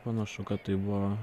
panašu kad tai buvo